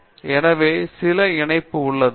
நிர்மலா எனவே சில இணைப்பு உள்ளது